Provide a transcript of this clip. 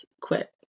quit